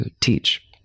teach